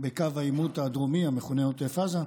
בקו העימות הדרומי המכונה עוטף עזה.